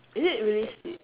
is it really sweet